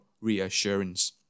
reassurance